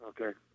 Okay